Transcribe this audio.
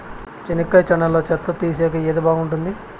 చెనక్కాయ చేనులో చెత్త తీసేకి ఏది బాగుంటుంది?